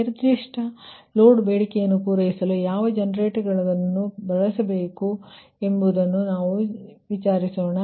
ನಿರ್ದಿಷ್ಟ ಲೋಡ್ ಬೇಡಿಕೆಯನ್ನು ಪೂರೈಸಲು ಯಾವ ಜನರೇಟರ್ಗಳನ್ನು ಚಲಾಯಿಸಬೇಕು ಎಂದು ನಾವು ಭಾವಿಸೋಣ